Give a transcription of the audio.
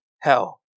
hell